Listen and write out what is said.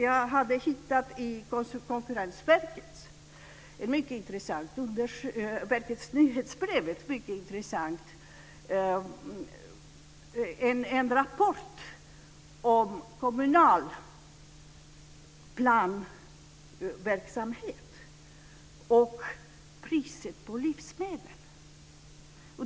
Jag har tittat i Konkurrensverkets nyhetsbrev där det finns en intressant rapport om kommunal planeringsverksamhet och priset på livsmedel.